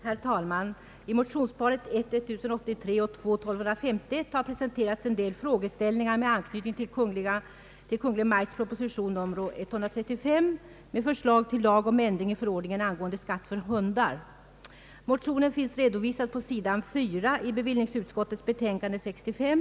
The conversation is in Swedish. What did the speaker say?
Herr talman! I motionsparet I: 1083 och II:1251 har presenterats en del frågeställningar med anknytning till Kungl. Maj:ts proposition nr 135 med förslag till lag om ändring i förordningen angående skatt för hundar. Motionen finns redovisad på s. 4 i bevillningsutskottets betänkande nr 65.